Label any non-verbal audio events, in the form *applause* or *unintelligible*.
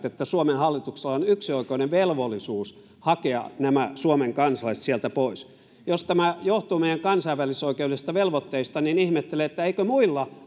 *unintelligible* että suomen hallituksella on yksioikoinen velvollisuus hakea nämä suomen kansalaiset sieltä pois jos tämä johtuu meidän kansainvälisoikeudellisista velvoitteistamme niin ihmettelen eikö muilla *unintelligible*